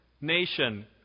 nation